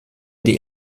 die